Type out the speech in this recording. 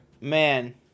man